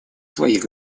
своих